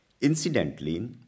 Incidentally